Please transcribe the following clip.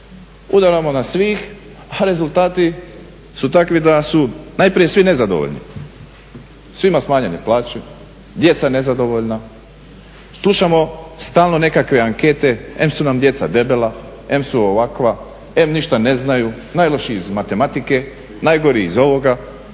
udaramo na svih, a rezultati su takvi da su najprije svi nezadovoljni. Svima smanjenje plaće, djeca nezadovoljna, slušamo stalno nekakve ankete, em su nam djeca debela, em su ovakva, em ništa ne znaju, najlošiji iz matematike, najgori iz ovoga